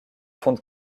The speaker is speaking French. fonds